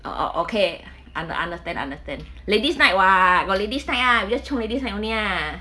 oh oh okay understand understand ladies night what got ladies night ah we just chiong ladies night only lah